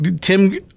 Tim